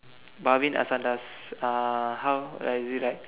Bhavin Asandas uh how like you write